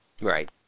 Right